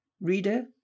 Reader